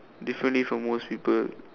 differently from most people